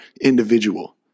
individual